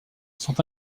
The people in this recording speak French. sont